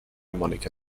monica